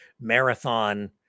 marathon